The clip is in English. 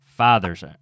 fathers